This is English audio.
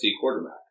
quarterback